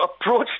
approach